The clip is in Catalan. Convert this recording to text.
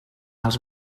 els